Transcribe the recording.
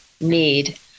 need